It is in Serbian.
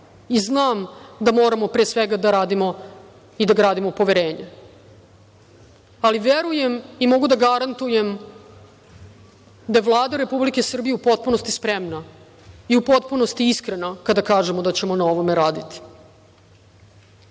Znam da moramo, pre svega, da radimo i da gradimo poverenje. Verujem i mogu da garantujem da je Vlada Republike Srbije u potpunosti spremna i u potpunosti iskrena kada kažemo da ćemo na ovome raditi. Meni